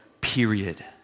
period